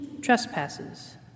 trespasses